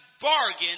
bargain